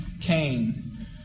Cain